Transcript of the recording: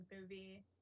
movie